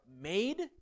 made